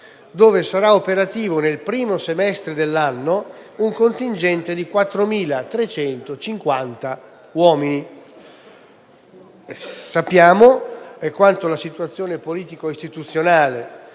dove sarà operativo nel primo semestre dell'anno un contingente di 4.350 uomini. Sappiamo quanto la situazione politico-istituzionale